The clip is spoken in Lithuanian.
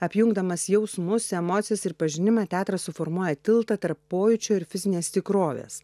apjungdamas jausmus emocijas ir pažinimą teatras suformuoja tiltą tarp pojūčio ir fizinės tikrovės